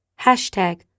Hashtag